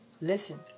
Listen